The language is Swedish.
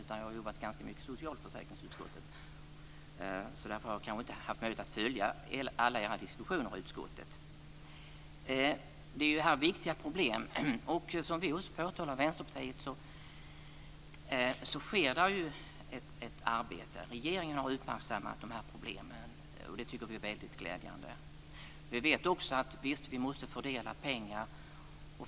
Jag har arbetat ganska mycket i socialförsäkringsutskottet, och därför har jag inte haft möjlighet att följa alla era diskussioner i utskottet. Det här är viktiga problem. Som vi påpekat från Vänsterpartiet sker ett arbete där regeringen har uppmärksammat de här problemen. Det tycker vi är väldigt glädjande. Vi vet också att vi visst måste fördela pengarna.